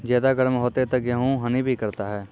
ज्यादा गर्म होते ता गेहूँ हनी भी करता है?